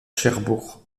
cherbourg